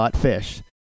.fish